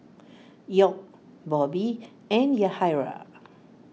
York Bobby and Yahaira